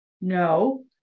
No